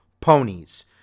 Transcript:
ponies